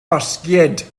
basgiaid